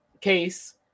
case